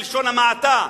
בלשון המעטה,